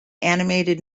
animated